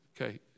Okay